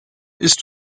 ist